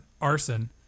arson